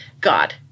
God